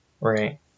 right